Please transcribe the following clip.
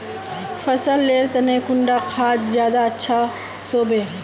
फसल लेर तने कुंडा खाद ज्यादा अच्छा सोबे?